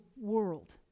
world